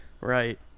right